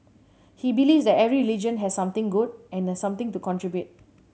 he believes that every religion has something good and has something to contribute